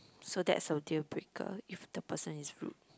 so that's a deal breaker if the person is rude